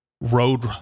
road